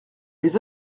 les